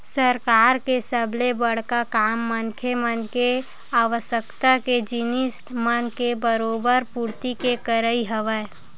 सरकार के सबले बड़का काम मनखे मन के आवश्यकता के जिनिस मन के बरोबर पूरति के करई हवय